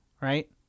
right